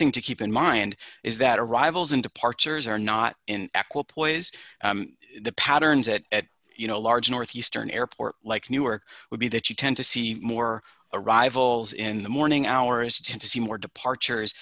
thing to keep in mind is that arrivals and departures are not in equal poi's the patterns that you know large northeastern airports like newark would be that you tend to see more arrivals in the morning hours and to see more departures